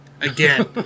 Again